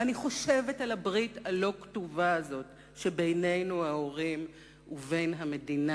ואני חושבת על הברית הלא-כתובה הזאת שבינינו ההורים ובין המדינה.